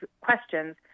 questions